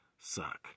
suck